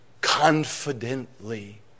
confidently